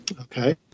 okay